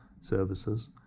services